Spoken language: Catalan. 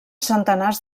centenars